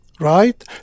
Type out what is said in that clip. right